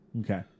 Okay